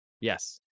Yes